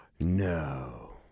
No